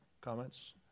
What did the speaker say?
comments